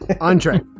Andre